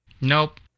Nope